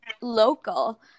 local